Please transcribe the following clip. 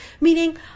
Meaning